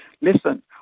listen